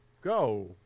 go